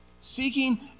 seeking